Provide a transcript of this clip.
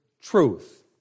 truth